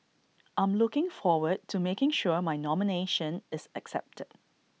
I'm looking forward to making sure my nomination is accepted